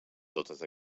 totes